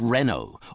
Renault